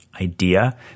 idea